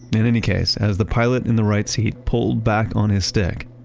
in in any case, as the pilot in the right seat pulled back on his stick,